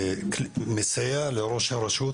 מסייע לראש הרשות,